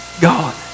God